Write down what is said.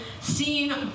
seen